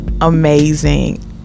amazing